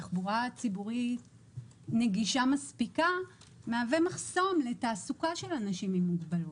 תחבורה ציבורית נגישה מהווה מחסום לתעסוקה של אנשים עם מוגבלות.